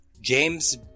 James